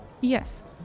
yes